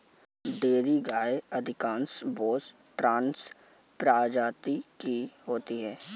dairy गायें अधिकांश Bos taurus प्रजाति की होती हैं